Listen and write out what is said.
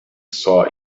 saw